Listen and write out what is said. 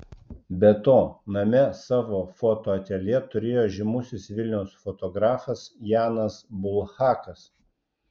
be to name savo fotoateljė turėjo žymusis vilniaus fotografas janas bulhakas